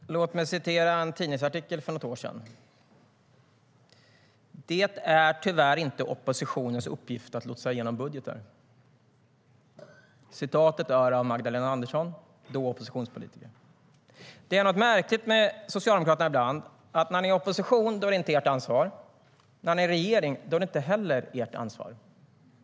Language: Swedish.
Herr talman! Låt mig citera en tidningsartikel för något år sedan: "Det är tyvärr inte oppositionens uppgift att lotsa igenom budgetar." Det var ett citat från Magdalena Andersson, då oppositionspolitiker. Det är något märkligt med Socialdemokraterna ibland. När ni är i opposition är det inte ert ansvar. När ni regerar är det inte heller ert ansvar.